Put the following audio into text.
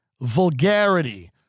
vulgarity